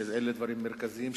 שהם דברים מרכזיים,